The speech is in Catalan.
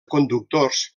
conductors